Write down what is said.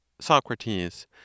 Socrates